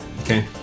Okay